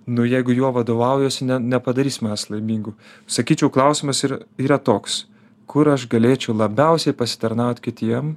nu jeigu juo vadovaujuosi ne nepadarys manęs laimingu sakyčiau klausimas yra toks kur aš galėčiau labiausiai pasitarnaut kitiem